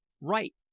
Right